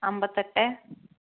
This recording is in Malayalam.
അമ്പത്തെട്ട്